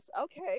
Okay